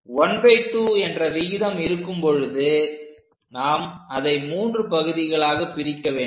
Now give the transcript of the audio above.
12 என்ற விகிதம் இருக்கும் பொழுது நாம் அதை மூன்று பகுதிகளாக பிரிக்க வேண்டும்